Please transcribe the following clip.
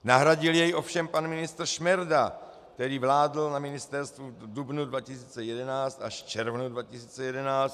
Nahradil jej ovšem pan ministr Šmerda, který vládl na ministerstvu v dubnu 2011 až v červnu 2011.